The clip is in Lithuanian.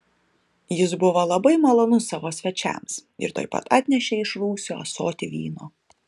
jis buvo labai malonus savo svečiams ir tuoj pat atnešė iš rūsio ąsotį vyno